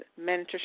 mentorship